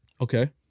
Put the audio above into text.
Okay